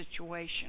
situation